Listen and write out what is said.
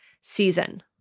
season